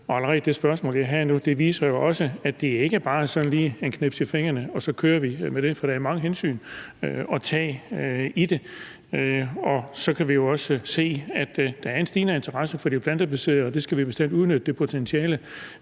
viser jo også, at det ikke bare er sådan lige et knips med fingrene, og så kører vi med det, for der er mange hensyn at tage i forhold til det. Så kan vi jo også se, at der er en stigende interesse for det plantebaserede, og det potentiale skal vi bestemt udnytte, men er